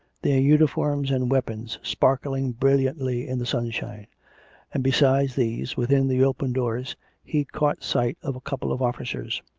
their uniforms and weapons sparkling bril liantly in the sunshine and besides these, within the open doors he caught sight of a couple of officers.